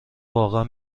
واقعا